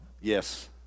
Yes